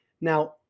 Now